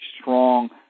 strong